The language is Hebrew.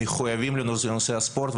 מחויבים לנושא הספורט.